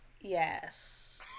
Yes